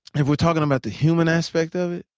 if we're talking about the human aspect of it,